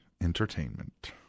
entertainment